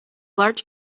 large